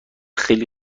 خیلی